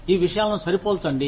ఈ విషయాలను సరిపోల్చండి